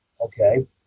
okay